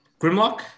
Grimlock